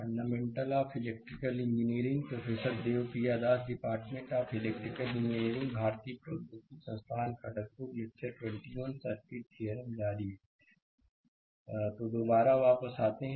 fundamentals of electrical engineering professor Debapriya Das department of electrical engineering भारतीय प्रौद्योगिकी संस्थान खड़गपुर लेक्चर 21 सर्किट थ्योरम जारी स्लाइड समय देखें 0020 तो दोबारा वापस आते हैं